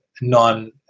non